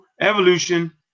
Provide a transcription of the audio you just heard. evolution